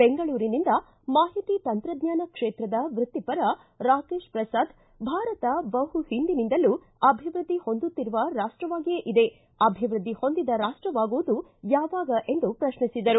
ಬೆಂಗಳೂರಿನಿಂದ ಮಾಹಿತಿ ತಂತ್ರಜ್ಞಾನ ಕ್ಷೇತ್ರದ ವೃತ್ತಿಪರ ರಾಕೇತ ಪ್ರಸಾದ್ ಭಾರತ ಬಹು ಹಿಂದಿನಿಂದಲೂ ಅಭಿವೃದ್ಧಿ ಹೊಂದುತ್ತಿರುವ ರಾಷ್ಟವಾಗಿಯೇ ಇದೆ ಅಭಿವೃದ್ಧಿ ಹೊಂದಿದ ರಾಷ್ಟವಾಗುವುದು ಯಾವಾಗ ಎಂದು ಪ್ರತ್ನಿಸಿದರು